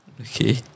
Okay